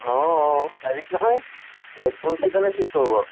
অঁ অঁ হেৰি নহয় এই কোন কেইজনে ঠিক কৰিব